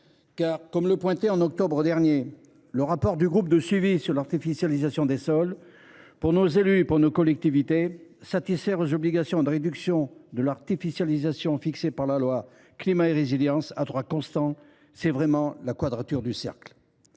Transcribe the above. Car, comme le pointait au mois d’octobre dernier le rapport du groupe de suivi sur l’artificialisation des sols, pour nos élus et pour nos collectivités, satisfaire aux obligations de réduction de l’artificialisation fixée par la loi Climat et résilience à droit constant relève véritablement de la quadrature du cercle.